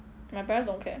my parents don't care